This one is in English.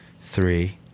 three